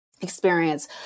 experience